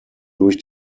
durch